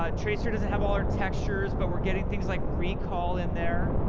ah tracer doesn't have all her textures, but we're getting things like recall in there.